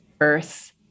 earth